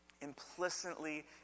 implicitly